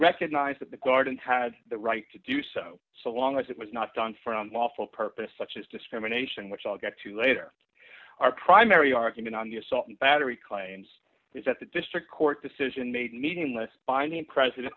recognize that the garden had the right to do so so long as it was not done from lawful purpose such as discrimination which i'll get to later our primary argument on the assault and battery claims is that the district court decision made meaningless binding president